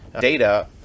data